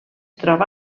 troba